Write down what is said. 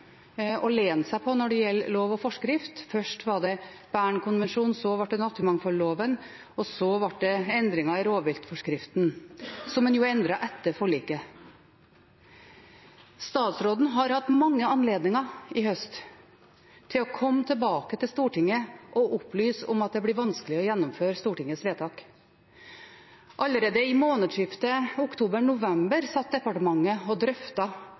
å lene seg på når det gjelder lov og forskrift. Først var det Bern-konvensjonen, så ble det naturmangfoldloven, og så ble det endringer i rovviltforskriften, som en jo endret etter forliket. Statsråden har hatt mange anledninger i høst til å komme tilbake til Stortinget og opplyse om at det blir vanskelig å gjennomføre Stortingets vedtak. Allerede i månedsskiftet oktober/november satt departementet og drøftet at dette ble vanskelig å